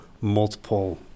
multiple